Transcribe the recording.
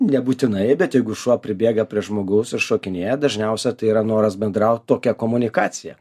nebūtinai bet jeigu šuo pribėga prie žmogaus šokinėja dažniausia tai yra noras bendraut tokia komunikacija